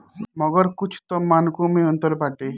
मगर कुछ तअ मानको मे अंतर बाटे